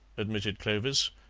admitted clovis.